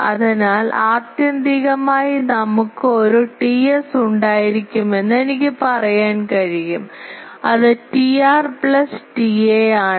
അതിനാൽ ആത്യന്തികമായി നമുക്ക് ഒരു Ts ഉണ്ടായിരിക്കുമെന്ന് എനിക്ക് പറയാൻ കഴിയും അത് Tr plus Ta ആണ്